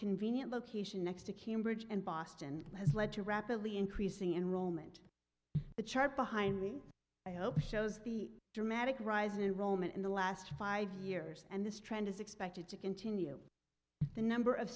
convenient location next to cambridge and boston has led to rapidly increasing enrollment the chart behind me i hope shows the dramatic rise in roman in the last five years and this trend is expected to continue the number of